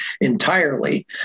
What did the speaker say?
entirely